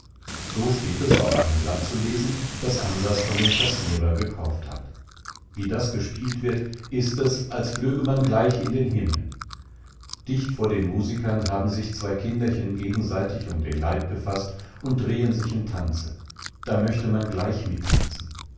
so steht auf einem blatt zu lesen das ansas von dem kassierer gekauft hat wie das gespielt wird ist es als flöge man gleich in den himmel dicht vor den musikern haben sich zwei kinderchen gegenseitig um den leib gefaßt und drehen sich im tanze da möchte man gleich mittanzen